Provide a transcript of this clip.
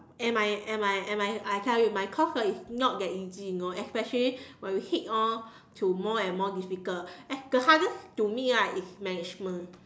and my and my and my I tell you my course hor is not that easy you know especially when we head on to more and more difficult the hardest to me right is management